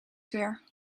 weer